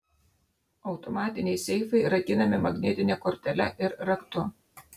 automatiniai seifai rakinami magnetine kortele ir raktu